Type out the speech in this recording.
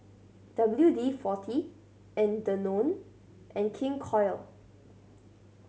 W D Forty and Danone and King Koil